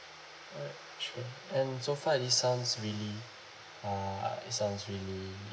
uh sure and so far it sounds really uh it sounds really